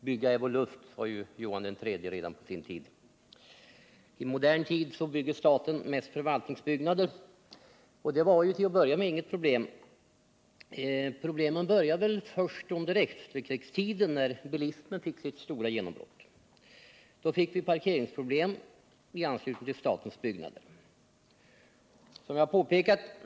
”Bygga är vår lust”, sade redan Johan III på sin tid. I modern tid bygger staten mest förvaltningsbyggnader. Det var till att börja med inget problem. Problemen började väl först under efterkrigstiden, när bilismen fick sitt stora genombrott. Då fick vi parkeringsproblem i anslutning till statens byggnader, som jag påpekat.